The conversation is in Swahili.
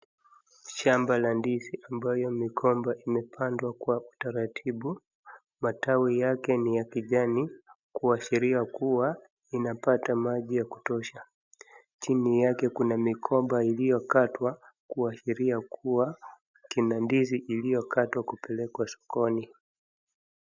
Shamba la ndizi ambayo migomba imepandwa kwa utaratibu, matawi yake ni ya kijani kuashiria kuwa inapata maji ya kutosha, chini yake kuna mikoba iliyokatwa kuashiria kuwa kuna kdizi iliyokatwa kupelekwa sokoni.